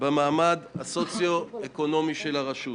במעמד הסוציואקונומי של הרשות.